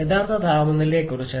യഥാർത്ഥ താപനിലയെക്കുറിച്ച്